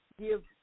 give